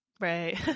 Right